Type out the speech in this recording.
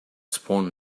spawn